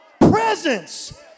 presence